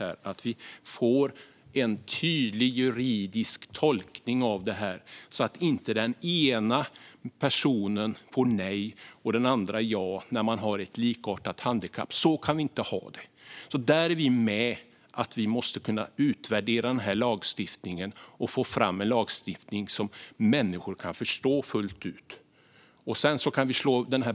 Vi måste få en tydlig juridisk tolkning av detta så att inte den ene får nej och den andre ja vid likartade handikapp, för så kan vi inte ha det. Vi är med på att lagstiftningen måste utvärderas så att man får fram en lagstiftning som människor kan förstå fullt ut.